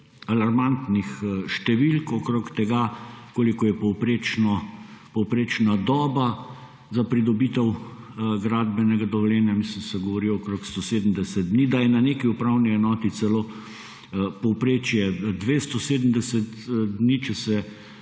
alarmantnih številk okrog tega, koliko je povprečna doba za pridobitev gradbenega dovoljenja. Mislim, da se govori okrog 170 dni, da je na neki upravni enoti celo povprečje 270 dni, če se